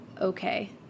okay